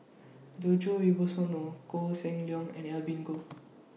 Djoko Wibisono Koh Seng Leong and Evelyn Goh